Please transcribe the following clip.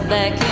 Back